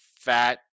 fat